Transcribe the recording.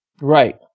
Right